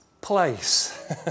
place